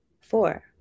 four